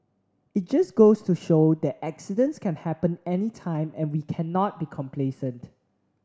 it just goes to show that accidents can happen anytime and we cannot become complacent